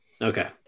Okay